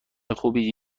خوبی